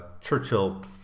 Churchill